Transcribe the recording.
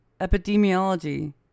epidemiology